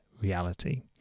reality